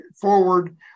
forward